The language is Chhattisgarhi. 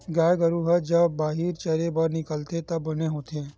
गाय गरूवा ह जब बाहिर चरे बर निकलथे त बने होथे